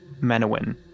Menowin